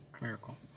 Miracle